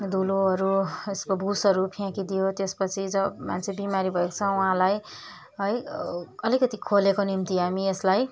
धुलोहरू यसको भुसहरू फ्याँकिदियो त्यसपछि जो मान्छे बिमारी भएको छ उहाँलाई है अलिकति खोलेको निम्ति हामी यसलाई